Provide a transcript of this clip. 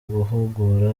guhugura